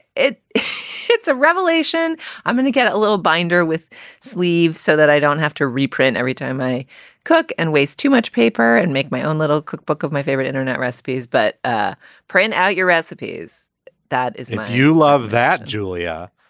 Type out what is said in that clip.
it's a revelation i'm going to get a little binder with sleeves so that i don't have to reprint every time i cook and waste too much paper and make my own little cookbook of my favorite internet recipes but ah print out your recipes that you love that julia,